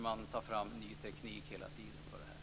Man tar fram ny teknik på det här området hela tiden.